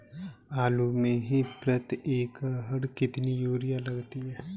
आलू में प्रति एकण कितनी यूरिया लगती है?